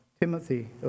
Timothy